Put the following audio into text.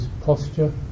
posture